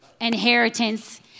inheritance